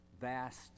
vast